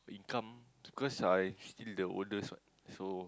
income cause I still the oldest what so